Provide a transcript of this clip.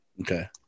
Okay